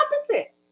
opposite